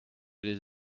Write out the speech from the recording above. les